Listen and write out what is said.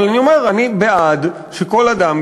אבל אני אומר: אני בעד שכל אדם,